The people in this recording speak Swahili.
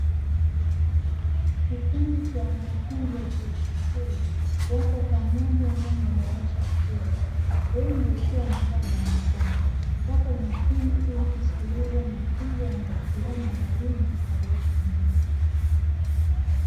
Kikundi cha wanafunzi wa chuo kikuu wapo pamoja ndani ya darasa kubwa, wengi wakiwa wamevaa barakoa. Wapo makini ili kuskiliza mafunzo yanayotolewa na mwalimu aliyepo mbele.